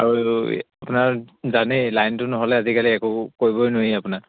আৰু আপোনাৰ জানেই লাইনটো নহ'লে আজিকালি একো কৰিবই নোৱাৰি আপোনাৰ